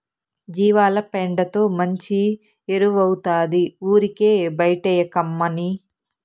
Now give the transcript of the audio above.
జీవాల పెండతో మంచి ఎరువౌతాది ఊరికే బైటేయకమ్మన్నీ